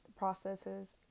processes